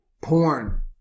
porn